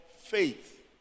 faith